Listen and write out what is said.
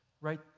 right